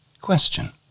Question